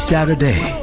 Saturday